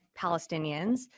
Palestinians